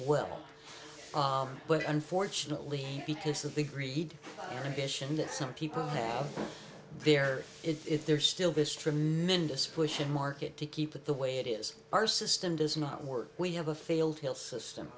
well but unfortunately because of the greed in addition that some people have there if there is still this tremendous push in market to keep it the way it is our system does not work we have a failed hill system